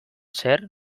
zer